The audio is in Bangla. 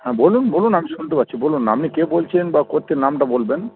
হ্যাঁ বলুন বলুন আমি শুনতে পাচ্ছি বলুন না আপনি কে বলছেন বা কোথা থেকে নামটা বলবেন